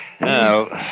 no